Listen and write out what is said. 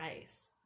ice